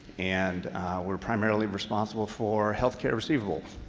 and we're primarily responsible for health care receivables.